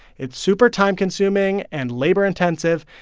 it's super time-consuming and labor-intensive.